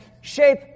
shape